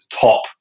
top